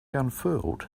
unfurled